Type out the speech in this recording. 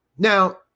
Now